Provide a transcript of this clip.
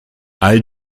all